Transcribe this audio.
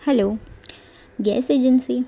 hello gas agency